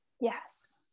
Yes